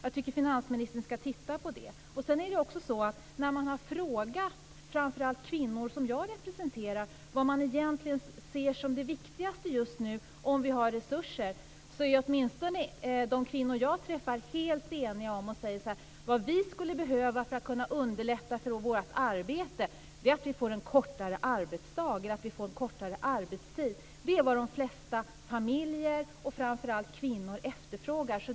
Jag tycker att finansminstern skall titta på det. När man har frågat framför allt de kvinnor som jag representerar vad de egentligen ser som det viktigaste just nu om vi har resurser är åtminstone de kvinnor jag träffat helt eniga. De säger: Vad vi skulle behöva för att kunna underlätta för vårt arbete är att vi får en kortare arbetsdag eller att vi får en kortare arbetstid. Det är vad de flesta familjer och framför allt kvinnor efterfrågar.